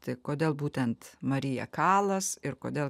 tai kodėl būtent marija kalas ir kodėl